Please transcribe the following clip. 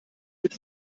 mit